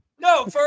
no